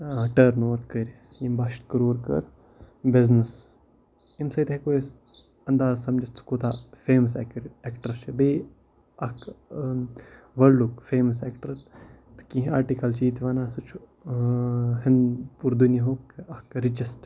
ٹٔرٕن over کٔرۍ ییٚمۍ بَہہ شیٚتھ کَرور کٔر بِزنِس امہِ سۭتۍ ہٮ۪کو أسۍ انداز سمجھتھ سُہ کوٗتاہ فیمَس ایکٔر ایکٹَر چھُ بیٚیہِ اَکھ وٲلڈُک فیمَس ایکٹَر تہٕ کینٛہہ آٹِکَل چھِ ییٚتہِ وَنان سُہ چھُ ہِن پوٗرٕ دُنیِہُک اَکھ رِچَسٹہٕ